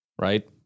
right